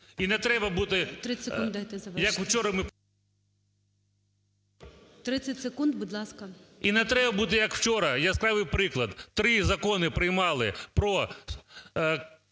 І не треба буде, як вчора. Яскравий приклад. Три закони приймали про